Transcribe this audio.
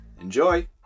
Enjoy